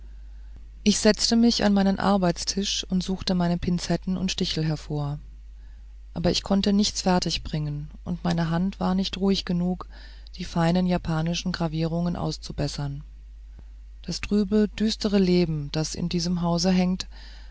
ich setzte mich an meinen arbeitstisch und suchte meine pinzetten und stichel hervor aber ich konnte nichts fertigbringen und meine hand war nicht ruhig genug die feinen japanischen gravierungen auszubessern das trübe düstere leben das an diesem hause hängt